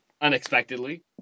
unexpectedly